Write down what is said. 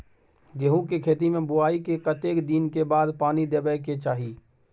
गेहूँ के खेती मे बुआई के कतेक दिन के बाद पानी देबै के चाही?